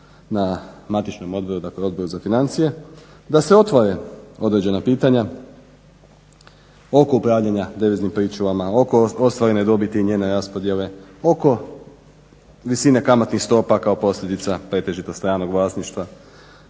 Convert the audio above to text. na matičnom odboru, dakle Odboru za financije. Da se otvore određena pitanja oko upravljanja deviznim pričuvama, oko ostvarene dobiti i njene raspodjele, oko visine kamatnih stopa kao posljedica pretežito stranog vlasništava.